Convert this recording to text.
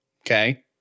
Okay